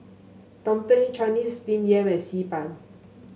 tumpeng Chinese Steamed Yam and Xi Ban